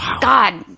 God